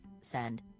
send